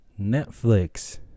Netflix